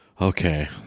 Okay